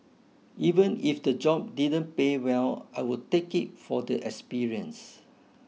even if the job didn't pay well I would take it for the experience